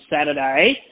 Saturday